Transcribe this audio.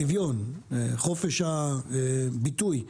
שוויון, חופשי הביטוי,